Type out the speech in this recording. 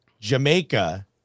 Jamaica